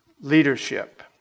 leadership